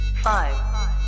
five